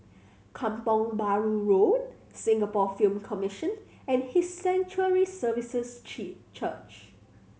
Kampong Bahru Road Singapore Film Commission and His Sanctuary Services Church